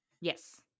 Yes